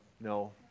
No